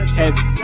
heavy